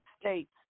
states